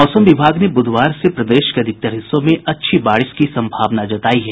मौसम विभाग ने बुधवार से प्रदेश के अधिकतर हिस्सों में अच्छी बारिश की संभावना जतायी है